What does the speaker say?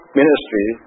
ministry